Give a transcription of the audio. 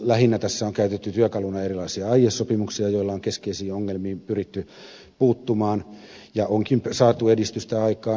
nythän tässä on käytetty työkaluina lähinnä erilaisia aiesopimuksia joilla on keskeisiin ongelmiin pyritty puuttumaan ja onkin saatu edistystä aikaan